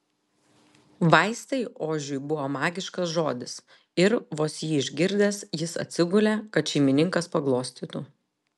vaistai ožiui buvo magiškas žodis ir vos jį išgirdęs jis atsigulė kad šeimininkas paglostytų